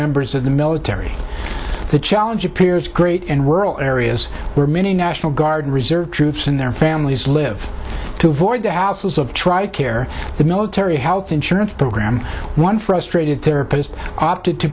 members of the military the challenge appears great in rural areas where many national guard and reserve troops and their families live to avoid the hassles of tri care the military health insurance program one frustrated therapist opted to